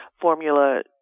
formula